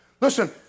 listen